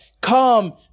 Come